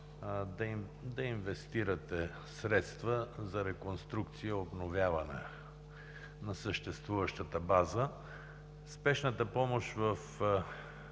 да инвестирате средства за реконструкция и обновяване на съществуващата база. Спешната помощ